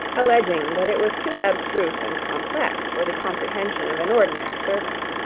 alleging that it was too abstruse and complex for the comprehension of an ordinary servant.